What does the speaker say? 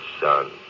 son